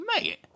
mate